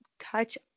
touch